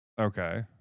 Okay